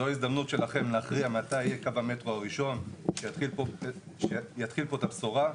זו ההזדמנות שלכם להכריע מתי יהיה קו המטרו הראשון שיתחיל פה את הבשורה,